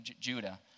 Judah